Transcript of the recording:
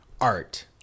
art